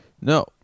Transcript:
No